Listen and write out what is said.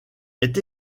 est